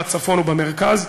בצפון ובמרכז.